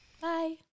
Bye